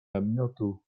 namiotu